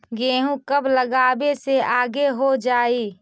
गेहूं कब लगावे से आगे हो जाई?